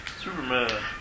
Superman